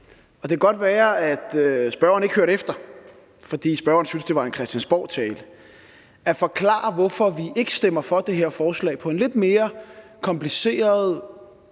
det kan godt være, at spørgeren ikke hørte efter, fordi spørgeren syntes, at det var en Christiansborgtale – at forklare, hvorfor vi ikke stemmer for det her forslag, og det var på en lidt mere kompliceret,